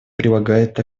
прилагает